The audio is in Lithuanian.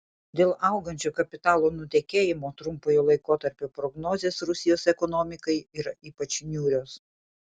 dėl augančio kapitalo nutekėjimo trumpojo laikotarpio prognozės rusijos ekonomikai yra ypač niūrios